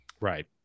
Right